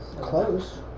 Close